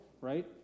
right